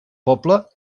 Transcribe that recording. poble